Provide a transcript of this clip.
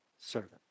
servant